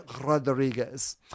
Rodriguez